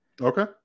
Okay